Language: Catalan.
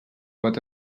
pot